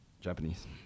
Japanese